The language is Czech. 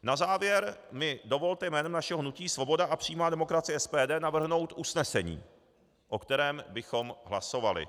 Na závěr mi dovolte jménem našeho hnutí Svoboda a přímá demokracie, SPD, navrhnout usnesení, o kterém bychom hlasovali.